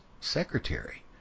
secretary